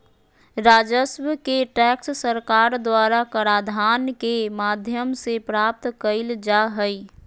राजस्व के टैक्स सरकार द्वारा कराधान के माध्यम से प्राप्त कइल जा हइ